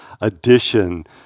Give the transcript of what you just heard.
addition